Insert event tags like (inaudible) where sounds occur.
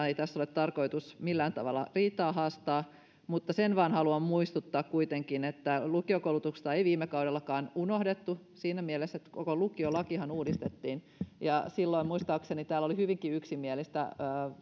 (unintelligible) ei tässä ole tarkoitus millään tavalla riitaa haastaa mutta siitä vain haluan muistuttaa kuitenkin että lukiokoulutusta ei viime kaudellakaan unohdettu siinä mielessä että koko lukiolakihan uudistettiin silloin muistaakseni täällä oli hyvinkin yksimielistä